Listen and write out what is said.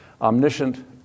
omniscient